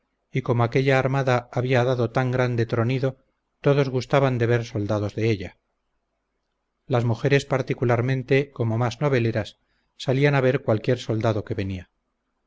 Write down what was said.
y como aquella armada había dado tan grande tronido todos gustaban de ver soldados de ella las mujeres particularmente como más noveleras salían a ver cualquiera soldado que venia